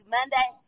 Monday